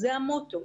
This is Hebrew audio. זה המוטו.